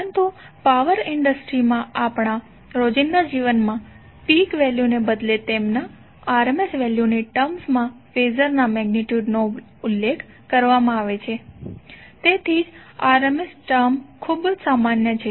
પરંતુ power industries માં આપણા રોજિંદા જીવનમાં પીક વેલ્યુને બદલે તેમના RMS વેલ્યુની ટર્મ્સમાં ફેઝરના મેગ્નિટ્યુડ નો ઉલ્લેખ કરવામાં આવે છે તેથી જ RMS ટર્મ ખૂબ સામાન્ય છે